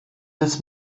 des